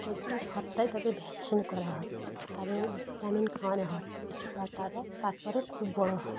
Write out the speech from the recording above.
প্রতি সপ্তাহে তাদের ভ্যাকসিন করা হয় তাদের ভিটামিন খাওয়ানো হয় বা তারা তারপরে খুব বড়ো হয়